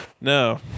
No